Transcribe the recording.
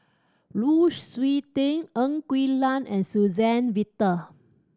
Lu Suitin Ng Quee Lam and Suzann Victor